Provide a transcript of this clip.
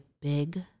big